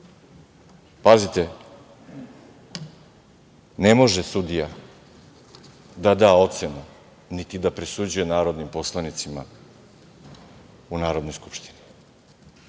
Majić“.Pazite, ne može sudija da da ocenu niti da presuđuje narodnim poslanicima u Narodnoj skupštini,